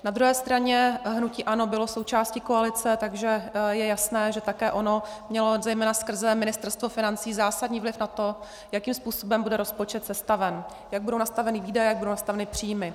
Na druhé straně hnutí ANO bylo součástí koalice, takže je jasné, že také ono mělo zejména skrze Ministerstvo financí zásadní vliv na to, jakým způsobem bude rozpočet sestaven, jak budou nastaveny výdaje, jak budou nastaveny příjmy.